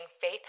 faith